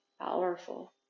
powerful